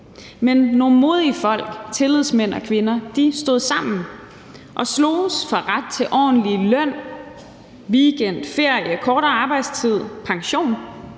Men nogle modige folk, tillidsmænd og -kvinder, stod sammen og sloges for ret til ordentlig løn, weekend, ferie, kortere arbejdstid og pension.